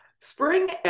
Spring